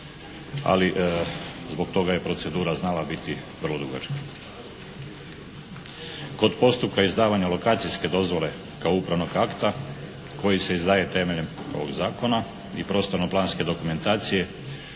Ali zbog toga je procedura znala biti vrlo dugačka. Kod postupka izdavanja lokacijske dozvole kao upravnog akta koji se izdaje temeljem ovog zakona i prostorno-planske dokumentacije